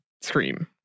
Scream